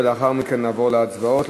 ולאחר מכן נעבור להצבעות,